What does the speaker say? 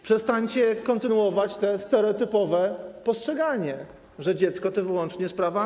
Przestańcie kontynuować to stereotypowe postrzeganie, że dziecko to wyłącznie sprawa matki.